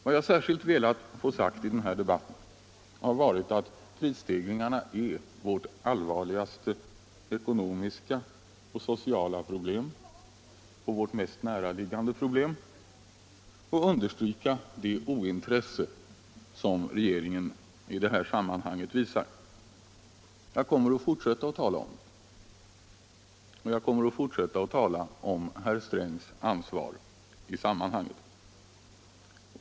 Vad jag särskilt velat få sagt i den här debatten har varit att prisstegringarna är vårt allvarligaste ekonomiska och sociala problem och vårt mest näraliggande problem. Jag har också velat understryka det ointresse som regeringen i det här sammanhanget visar. Jag kommer att fortsätta att tala om det och jag kommer att fortsätta att tala om herr Strängs ansvar i sammanhanget.